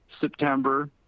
September